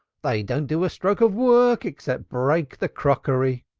they don't do a stroke of work except breaking the crockery.